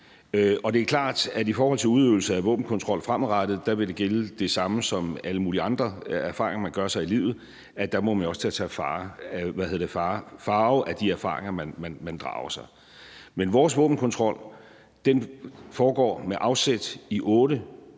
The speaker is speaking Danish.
Og det er klart, at der i forhold til udøvelsen af en våbenkontrol fremadrettet vil gælde det samme, som gælder i forhold til alle mulige andre erfaringer, man gør sig i livet, altså at man jo der også må tage farve af de erfaringer, man drager. Men vores våbenkontrol foregår med afsæt i de